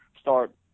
start